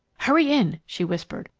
hurry in! she whispered.